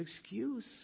excuse